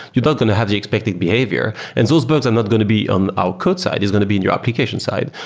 you don't going to have the expected behaviors. and those bugs are not going to be on our code side. it's going to be on your application side,